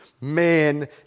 Man